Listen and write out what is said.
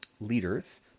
leaders